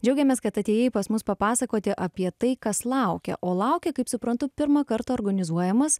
džiaugiamės kad atėjai pas mus papasakoti apie tai kas laukia o laukia kaip suprantu pirmą kartą organizuojamas